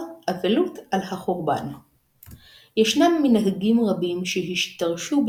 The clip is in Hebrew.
שבירת צלחת במסיבת אירוסין שבירת כוס בחופה